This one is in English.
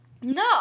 no